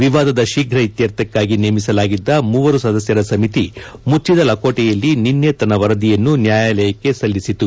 ವಿವಾದದ ಶೀಫ್ರ ಇತ್ಯರ್ಥಕ್ಕಾಗಿ ನೇಮಿಸಲಾಗಿದ್ದ ಮೂವರು ಸದಸ್ಯರ ಸಮಿತಿ ಮುಚ್ಚಿದ ಲಕೋಟೆಯಲ್ಲಿ ನಿನ್ನೆ ತನ್ನ ವರದಿಯನ್ನು ನ್ಯಾಯಾಲಯಕ್ಕೆ ಸಲ್ಲಿಸಿತು